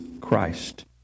Christ